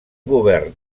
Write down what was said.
govern